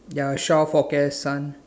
ya I short of for care sun